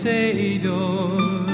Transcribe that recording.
Savior